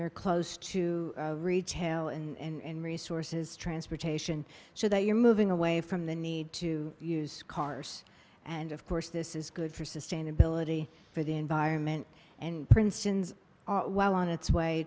you're close to retail and resources transportation so that you're moving away from the need to use cars and of course this is good for sustainability for the environment and princeton's while on its way